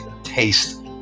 taste